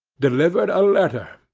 delivered a letter,